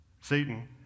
Satan